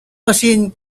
machines